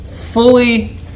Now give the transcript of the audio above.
fully